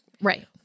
Right